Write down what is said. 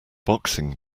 boxing